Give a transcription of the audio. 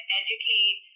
educate